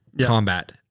combat